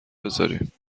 بزاریم